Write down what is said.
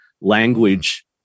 language